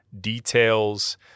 details